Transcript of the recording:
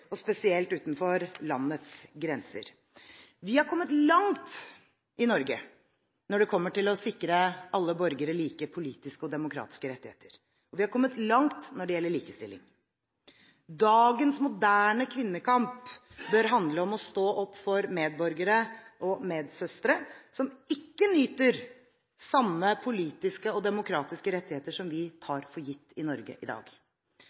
og spesielt utenfor landets grenser. Vi har kommet langt i Norge når det kommer til det å sikre alle borgere like politiske og demokratiske rettigheter. Vi har kommet langt når det gjelder likestilling. Dagens moderne kvinnekamp bør handle om å stå opp for medborgere og medsøstre som ikke nyter de samme politiske og demokratiske rettigheter som vi tar for gitt i Norge i dag.